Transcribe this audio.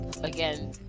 again